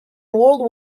world